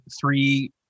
three